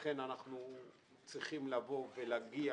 לכן אנחנו צריכים לבוא ולהגיע